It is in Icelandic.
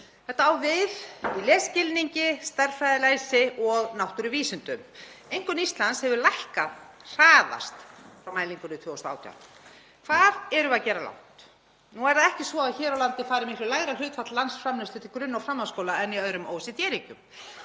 Þetta á við í lesskilningi, stærðfræðilæsi og náttúruvísindum. Einkunn Íslands hefur lækkað hraðast frá mælingunni 2018. Hvað erum við að gera rangt? Nú er það ekki svo að hér á landi fari miklu lægra hlutfall landsframleiðslu til grunn- og framhaldsskóla en í öðrum OECD-ríkjum,